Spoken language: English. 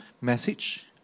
message